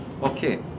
okay